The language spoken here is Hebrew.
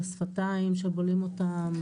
לשפתיים שבולעים אותם,